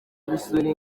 gusura